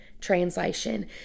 translation